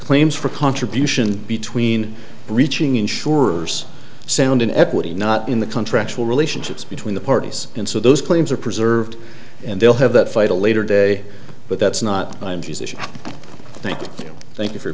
claims for contributions between reaching insurers sound in equity not in the contractual relationships between the parties and so those claims are preserved and they'll have that fight a later day but that's not thank you